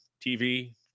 TV